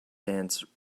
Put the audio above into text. dance